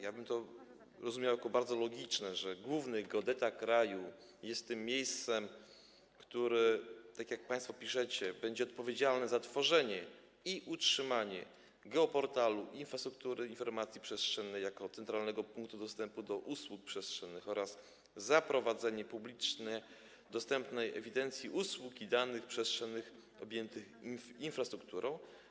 Ja bym to rozumiał jako bardzo logiczne, że główny geodeta kraju jest tym, który - tak jak państwo piszecie - będzie odpowiedzialny za tworzenie i utrzymanie geoportalu infrastruktury informacji przestrzennej jako centralnego punktu dostępu do usług przestrzennych oraz za prowadzenie publicznie dostępnej ewidencji usług danych przestrzennych objętych infrastrukturą.